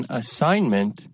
assignment